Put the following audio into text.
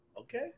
Okay